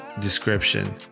description